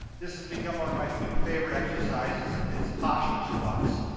this has become one of my new favorite exercises is posture squats.